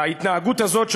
ההתנהגות הזאת,